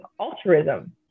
altruism